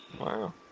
Wow